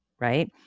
right